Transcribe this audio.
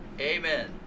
Amen